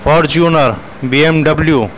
Fortuner BMW